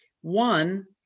One